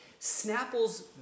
Snapple's